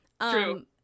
True